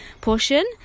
portion